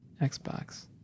Xbox